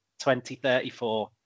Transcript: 2034